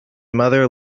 mother